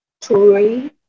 Three